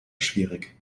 schwierig